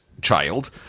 child